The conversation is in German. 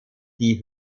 die